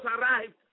arrived